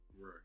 Right